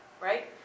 Right